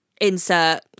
Insert